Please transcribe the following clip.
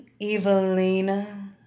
Evelina